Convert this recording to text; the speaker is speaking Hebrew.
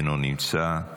אינו נמצא.